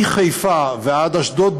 מחיפה ועד אשדוד,